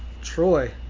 Troy